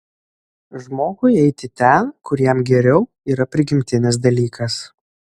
žmogui eiti ten kur jam geriau yra prigimtinis dalykas